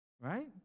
right